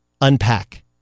Unpack